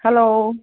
hello